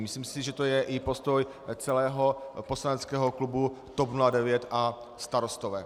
Myslím si, že to je i postoj celého poslaneckého klubu TOP 09 a Starostové.